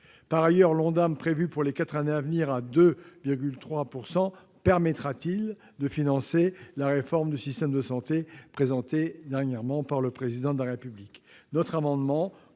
la hausse de l'ONDAM, prévue pour les quatre années à venir à 2,3 %, permettra-t-elle de financer la réforme du système de santé présentée récemment par le Président de la République ?